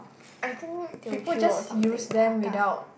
I think people just use them without